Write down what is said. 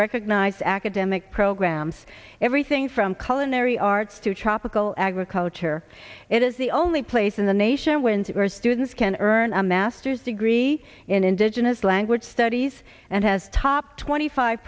recognized academic programs everything from color narry arts to tropical agriculture it is the only place in the nation when your students can earn a master's degree in indigenous language studies and has top twenty five